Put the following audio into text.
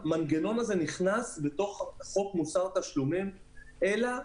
המנגנון הזה נכנס לתוך חוק מוסר תשלומים אלא,